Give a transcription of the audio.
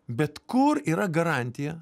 bet kur yra garantija